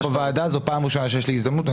בוועדה הזאת וזאת הפעם הראשונה שיש לי הזדמנות.